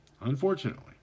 Unfortunately